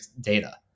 data